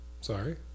Sorry